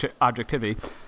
objectivity